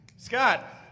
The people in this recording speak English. Scott